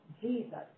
Jesus